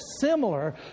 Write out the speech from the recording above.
similar